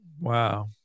Wow